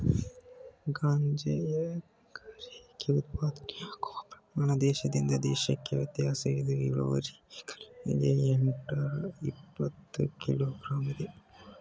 ಗಾಂಜಾ ಎಕರೆಗೆ ಉತ್ಪಾದನೆಯಾಗುವ ಪ್ರಮಾಣ ದೇಶದಿಂದ ದೇಶಕ್ಕೆ ವ್ಯತ್ಯಾಸವಿದ್ದು ಇಳುವರಿ ಎಕರೆಗೆ ಎಂಟ್ನೂರಇಪ್ಪತ್ತು ಕಿಲೋ ಗ್ರಾಂ ಇದೆ